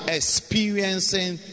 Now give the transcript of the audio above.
experiencing